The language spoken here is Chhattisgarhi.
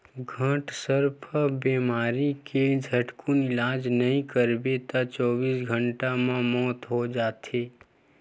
घटसर्प बेमारी के झटकुन इलाज नइ करवाबे त चौबीस घंटा म मउत हो जाथे